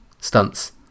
stunts